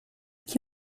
qui